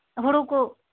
ᱦᱩᱲᱩ ᱠᱚ